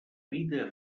vida